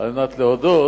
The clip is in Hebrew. על מנת להודות,